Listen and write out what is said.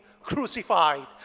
crucified